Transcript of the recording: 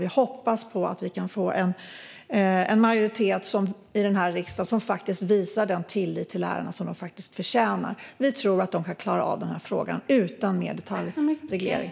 Vi hoppas att vi kan få en majoritet i den här riksdagen som visar den tillit till lärarna som de förtjänar. Vi tror att de kan klara av detta utan mer detaljreglering.